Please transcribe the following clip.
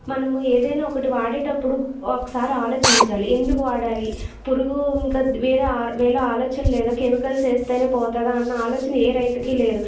మనము ఏదైనా ఒకటి వాడేటప్పుడు ఒకసారి ఆలోచించాలి ఎందుకు వాడాలి పురుగు ఇంకా వేరే వేరే ఆలోచన లేదా కెమికల్ వేస్తేనే పోతుందా అన్న ఆలోచన ఏ రైతుకి లేదు